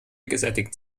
gesättigt